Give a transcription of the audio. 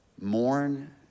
mourn